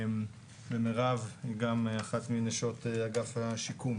ומירב היא גם אחת מנשות אגף השיקום.